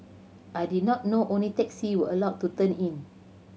I did not know only taxi were allowed to turn in